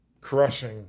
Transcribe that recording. Crushing